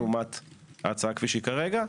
לעומת ההצעה כפי שהיא כרגע.